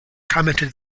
commented